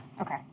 Okay